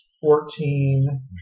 fourteen